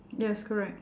yes correct